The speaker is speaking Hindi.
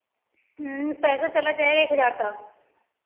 पैसा चला जाएगा एक हज़ार तक